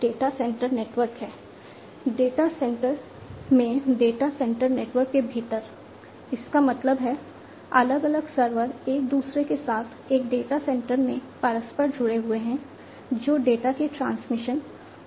data transmission है